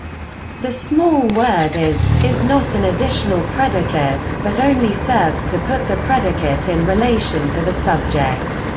the small word is, is not an additional predicate, but only serves to put the predicate in relation to the subject.